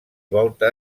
volta